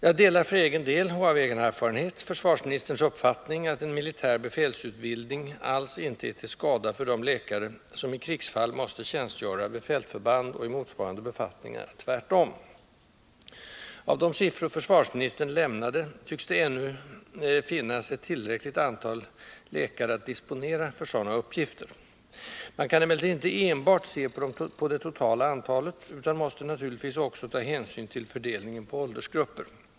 Jag delar för egen del och av egen erfarenhet försvarsministerns uppfattning att en militär befälsutbildning alls inte är till skada för de läkare som i krigsfall måste tjänstgöra vid fältförband och i motsvarande befattningar — tvärtom. Av de siffror försvarsministern lämnade tycks det ännu finnas ett tillräckligt antal läkare att disponera för sådana uppgifter. Man kan emellertid inte enbart se på det totala antalet, utan man måste naturligtvis också ta hänsyn till fördelningen på åldersgrupper.